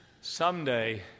someday